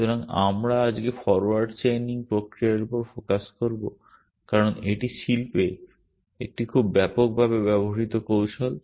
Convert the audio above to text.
সুতরাং আমরা আজকে ফরওয়ার্ড চেইনিং প্রক্রিয়ার উপর ফোকাস করব কারণ এটি শিল্পে একটি খুব ব্যাপকভাবে ব্যবহৃত কৌশল